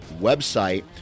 website